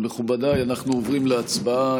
מכובדיי, אנחנו עוברים להצבעה.